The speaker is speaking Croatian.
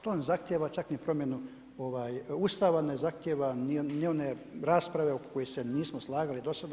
To vam ne zahtjeva čak ni promjenu Ustava, ne zahtijeva ni one rasprave oko kojih se nismo slagali do sada.